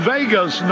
Vegas